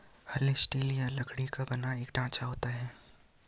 हल स्टील या लकड़ी का बना एक ढांचा होता है